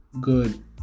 good